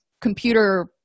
computer